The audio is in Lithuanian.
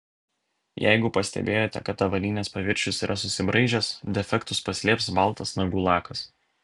jeigu pastebėjote kad avalynės paviršius yra susibraižęs defektus paslėps baltas nagų lakas